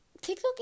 tiktok